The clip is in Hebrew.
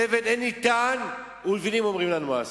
תבן אין ניתן ולבנים אומרים לנו עשו.